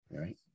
right